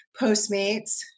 Postmates